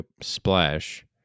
Splash